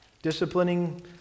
Disciplining